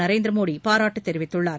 நரேந்திர மோடி பாராட்டு தெரிவித்துள்ளார்